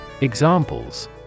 Examples